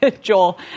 Joel